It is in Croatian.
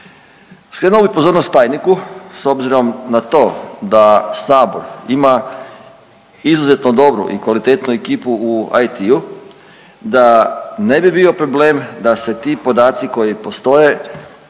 Skrenuo bih pozornost tajniku s obzirom na to da Sabor ima izuzetno dobru i kvalitetnu ekipu u IT-u da ne bi bio problem da se ti podaci koji postoje